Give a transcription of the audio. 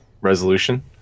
resolution